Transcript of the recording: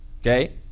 Okay